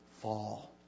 fall